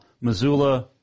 Missoula